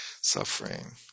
suffering